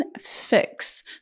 fix